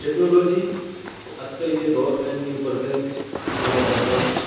technology آج کل کے دور میں in present in the presence